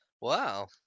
Wow